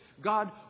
God